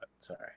sorry